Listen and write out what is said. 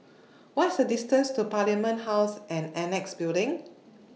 What IS The distance to Parliament House and Annexe Building